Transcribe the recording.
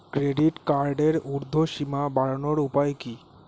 Credit কার্ডের উর্ধ্বসীমা বাড়ানোর উপায় কি?